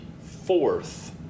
fourth